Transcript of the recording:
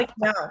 No